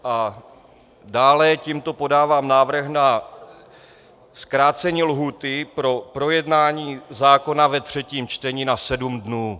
A dále tímto podávám návrh na zkrácení lhůty pro projednání zákona ve třetím čtení na sedm dnů.